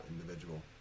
individual